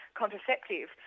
contraceptive